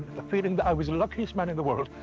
the feeling that i was the luckiest man in the world.